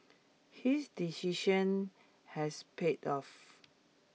his decision has paid off